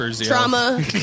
Trauma